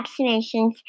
vaccinations